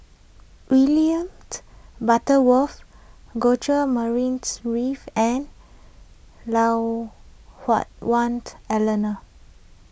William Butterworth George Murray Reith and Lui Hah Wah Elena